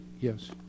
yes